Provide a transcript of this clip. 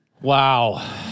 wow